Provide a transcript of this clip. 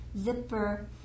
zipper